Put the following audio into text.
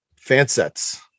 Fansets